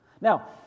Now